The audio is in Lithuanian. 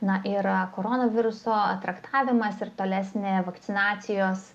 nuo ir korona viruso traktavimas ir tolesnė vakcinacijos